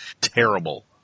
terrible